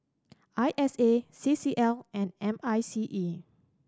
I S A C C L and M I C E